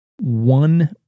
One